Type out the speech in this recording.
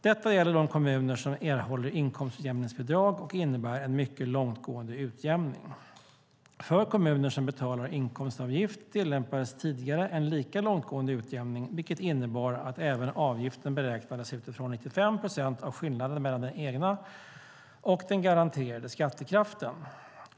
Detta gäller de kommuner som erhåller inkomstutjämningsbidrag och innebär en mycket långtgående utjämning. För kommuner som betalar inkomstavgift tillämpades tidigare en lika långtgående utjämning, vilket innebar att även avgiften beräknades utifrån 95 procent av skillnaden mellan den egna och den garanterade skattekraften.